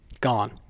Gone